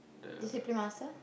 discipline master